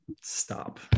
stop